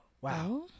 Wow